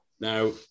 Now